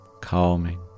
calming